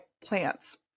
plants